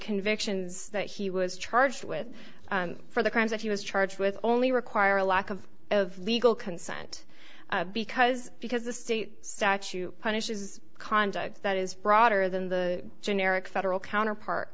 convictions that he was charged with for the crimes that he was charged with only require a lack of of legal consent because because the state statute punishes conduct that is broader than the generic federal counterpart